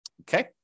okay